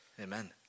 Amen